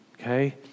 okay